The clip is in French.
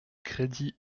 crédit